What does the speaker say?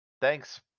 Thanks